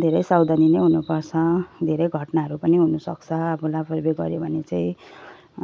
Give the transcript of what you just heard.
धेरै सावधानी नै हुनपर्छ धेरै घटनाहरू पनि हुनुसक्छ अब लापरवाही गऱ्यो भने चाहिँ